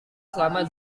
selama